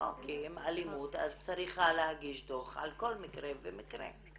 אם אלימות, אז צריכה להגיש דו"ח על כל מקרה ומקרה.